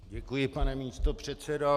Děkuji, pane místopředsedo.